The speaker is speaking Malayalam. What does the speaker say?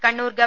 കണ്ണൂർ ഗവ